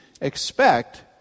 expect